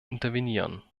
intervenieren